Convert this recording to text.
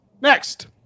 Next